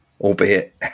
albeit